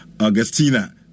Augustina